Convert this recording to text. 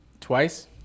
Twice